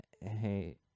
hey